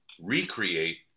recreate